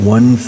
One